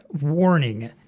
warning